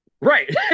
Right